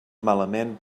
malament